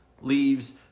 leaves